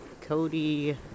Cody